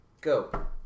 Go